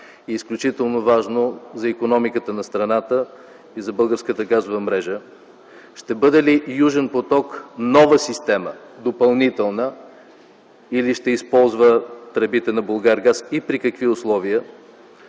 е изключително важно за икономиката на страната и за българската газова мрежа? Ще бъде ли „Южен поток” нова система, допълнителна, или ще използва тръбите на „Булгаргаз” и при какви условия?